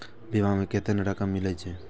बीमा में केतना रकम मिले छै?